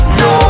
no